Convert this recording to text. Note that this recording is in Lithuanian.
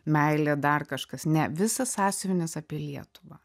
meilė dar kažkas ne visas sąsiuvinis apie lietuvą